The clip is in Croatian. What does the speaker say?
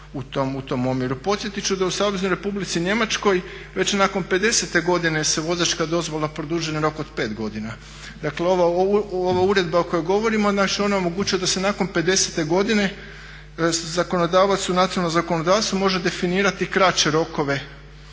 u tom omjeru. Podsjetit ću da u Saveznoj Republici Njemačkoj već nakon 50. godine se vozačka dozvola produžuje na rok od 5 godina. Dakle ova uredba o kojoj govorimo … ona omogućuje da nakon 50. godine zakonodavac u nacionalno zakonodavstvo može definirati kraće rokove